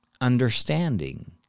understanding